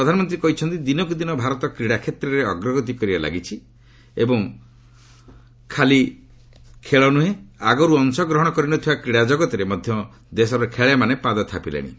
ପ୍ରଧାନମନ୍ତ୍ରୀ କହିଛନ୍ତି ଦିନକୁ ଦିନ ଭାରତ କ୍ରୀଡ଼ା କ୍ଷେତ୍ରରେ ଅଗ୍ରଗତି କରିବାରେ ଲାଗିଛି ଏବଂ କାଲି ଖେଳ ନୁହେଁ ଆଗରୁ ଅଂଶଗ୍ରହଣ କରି ନ ଥିବା କ୍ରୀଡ଼ାଜଗତରେ ମଧ୍ୟ ଦେଶର ଖେଳାଳିମାନେ ପାଦ ଥାପିଲେଣି